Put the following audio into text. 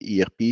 ERP